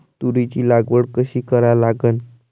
तुरीची लागवड कशी करा लागन?